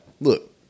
Look